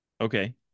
Okay